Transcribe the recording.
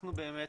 אנחנו באמת